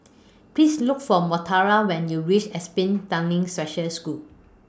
Please Look For Montana when YOU REACH Apsn Tanglin Special School